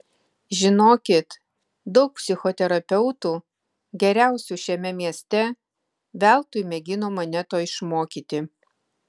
žinokit daug psichoterapeutų geriausių šiame mieste veltui mėgino mane to išmokyti